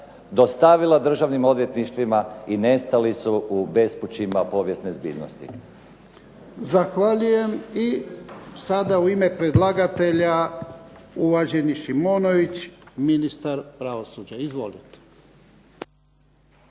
dostavila državnim odvjetništvima i nestali su u bespućima povijesne zbiljnosti. **Jarnjak, Ivan (HDZ)** Zahvaljujem. Sada u ime predlagatelja uvaženi Šimonović ministar pravosuđa. Izvolite.